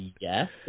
yes